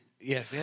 Yes